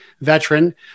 veteran